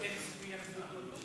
איזו סוגיה?